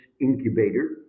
incubator